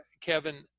Kevin